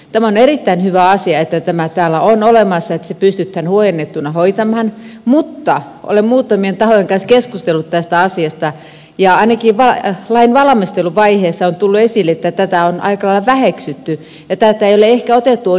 tämä on erittäin hyvä asia että tämä täällä on olemassa että se pystytään huojennettuna hoitamaan mutta olen muutamien tahojen kanssa keskustellut tästä asiasta ja ainakin lain valmisteluvaiheessa on tullut esille että tätä on aika lailla väheksytty ja tätä ei ole ehkä otettu oikein tosissaan